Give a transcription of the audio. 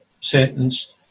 sentence